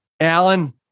Alan